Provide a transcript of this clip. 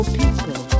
people